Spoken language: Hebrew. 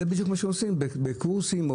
זה בדיוק מה שעושים בקורסים או